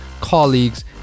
colleagues